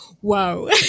whoa